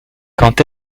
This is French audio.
quand